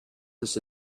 this